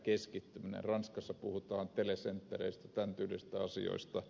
ranskassa puhutaan telecentereistä tämän tyylisistä asioista